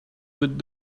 would